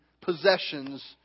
possessions